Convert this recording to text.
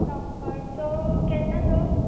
दनपारचो केन्ना तो